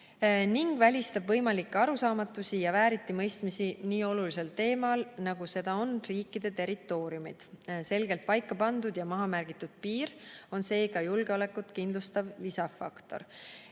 ning välistab võimalikke arusaamatusi ja vääritimõistmisi nii olulisel teemal, nagu seda on riikide territooriumid. Selgelt paika pandud ja mahamärgitud piir on seega julgeolekut kindlustav lisafaktor.